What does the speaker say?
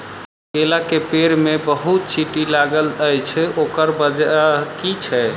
केला केँ पेड़ मे बहुत चींटी लागल अछि, ओकर बजय की छै?